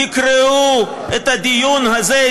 תקראו את הדיון הזה,